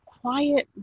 quiet